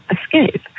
escape